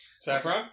saffron